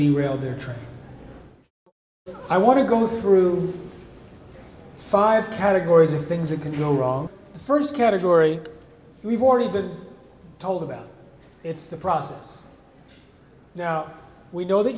the real they're trying i want to go through five categories of things that can go wrong the first category we've already been told about it's the process now we know that